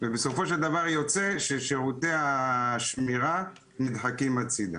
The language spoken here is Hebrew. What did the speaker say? ובסופו של דבר יוצא ששירותי השמירה נדחקים הצדה.